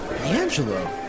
Angelo